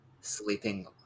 sleeping